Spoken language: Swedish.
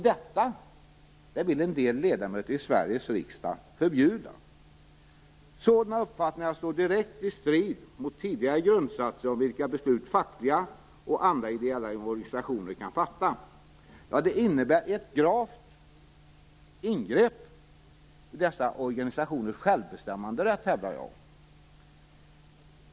Detta vill en del ledamöter i Sveriges riksdag förbjuda. Sådana uppfattningar står i direkt strid mot tidigare grundsatser om vilka beslut fackliga och andra ideella organisationer kan fatta. Jag hävdar att det innebär ett gravt ingrepp i dessa organisationers självbestämmanderätt.